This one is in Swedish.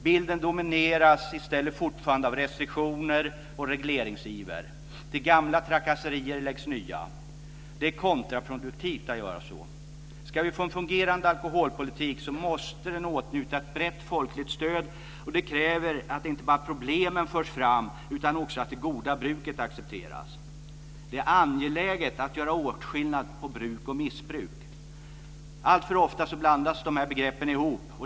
Bilden domineras i stället fortfarande av restriktioner och regleringsiver. Till gamla trakasserier läggs nya. Det är kontraproduktivt att göra så. Ska vi få en fungerande alkoholpolitik måste den åtnjuta ett brett folkligt stöd. Det kräver att inte bara problemen förs fram utan också att det goda bruket accepteras. Det är angeläget att göra åtskillnad på bruk och missbruk. Alltför ofta blandas de begreppen ihop.